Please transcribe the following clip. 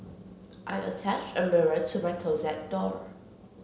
I attached a mirror to my closet door